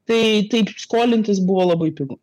tai taip skolintis buvo labai pigu